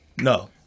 no